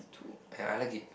and I like it